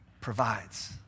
provides